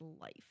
life